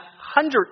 hundred